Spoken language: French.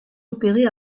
opérés